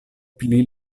pli